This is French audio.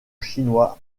chinois